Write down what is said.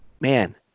man